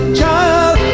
child